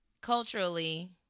culturally